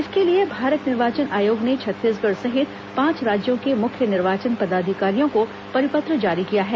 इसके लिए भारत निर्वाचन आयोग ने छत्तीसगढ़ सहित पांच राज्यों के मुख्य निर्वाचन पदाधिकारियों को परिपत्र जारी किया है